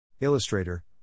Illustrator